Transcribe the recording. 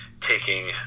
taking